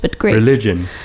religion